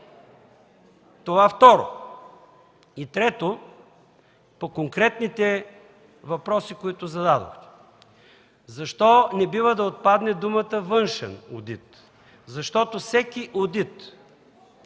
Това, второ. И, трето, по конкретните въпроси, които зададох: защо не бива да отпаднат думите „външен одит”? Защото всеки одит,